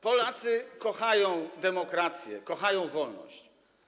Polacy kochają demokrację, kochają wolność.